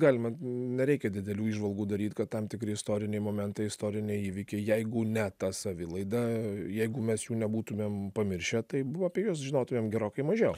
galima nereikia didelių įžvalgų daryt kad tam tikri istoriniai momentai istoriniai įvykiai jeigu ne ta savilaida jeigu mes jų nebūtumėm pamiršę tai buvo apie juos žinotumėm gerokai mažiau